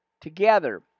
together